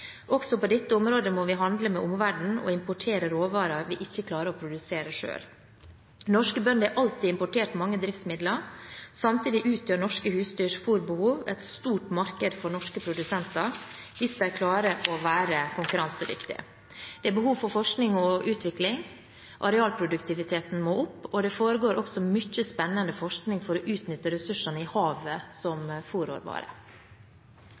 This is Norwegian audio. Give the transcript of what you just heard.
Også på dette området må vi handle med omverdenen og importere råvarer vi ikke klarer å produsere selv. Norske bønder har alltid importert mange driftsmidler. Samtidig utgjør norske husdyrs fôrbehov et stort marked for norske produsenter, hvis de klarer å være konkurransedyktige. Det er behov for forskning og utvikling. Arealproduktiviteten må opp, og det foregår også mye spennende forskning for å utnytte ressursene i havet som